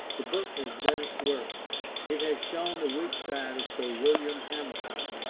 the book has done its work it has shown the weak side of sir william hamilton,